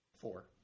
Four